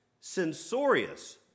censorious